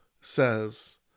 says